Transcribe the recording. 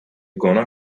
gonna